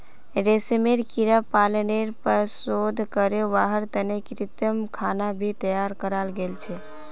रेशमेर कीड़ा पालनेर पर शोध करे वहार तने कृत्रिम खाना भी तैयार कराल गेल छे